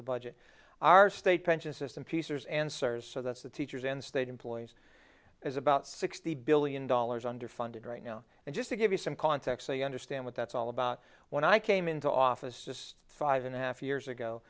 the budget our state pension system pieces and servers so that's the teachers and state employees is about sixty billion dollars underfunded right now and just to give you some context so you understand what that's all about when i came into office just five and a half years ago